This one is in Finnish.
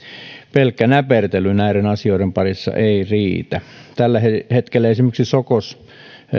pelkkä näpertely näiden asioiden parissa ei riitä tällä hetkellä esimerkiksi sokos